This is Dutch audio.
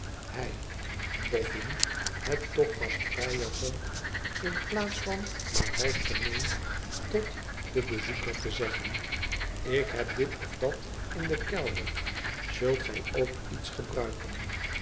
hij boffin het toch gastvrijer vond in plaats van maar half gemeend tot een bezoeker te zeggen ik heb dit of dat in den kelder zult gij ook iets gebruiken